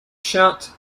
shout